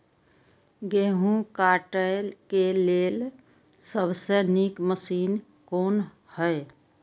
गेहूँ काटय के लेल सबसे नीक मशीन कोन हय?